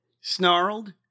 Snarled